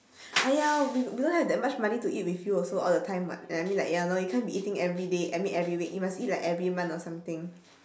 !aiya! we we don't have that much money to eat with you also all the time [what] I I mean like ya lor you can't be eating everyday I mean every week you must eat like every month or something